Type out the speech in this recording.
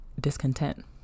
discontent